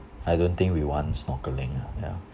I don't think we want snorkeling ah ya